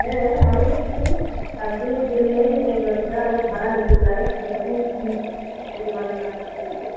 হ্যাঁ হ্যাঁ আমি একটু চার দিনের জন্যই এই ঘরটা আমি ভাড়া নিতে চাই কি রকম কি পরিমানে টাকাটা ধরবে